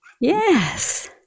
Yes